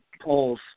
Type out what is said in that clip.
polls